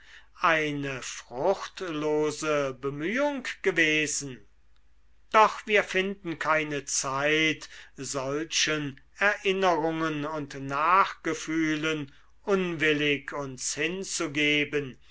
eine fruchtlose bemühung gewesen doch wir finden keine zeit solchen erinnerungen und nachgefühlen unwillig uns hinzugeben